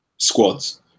squads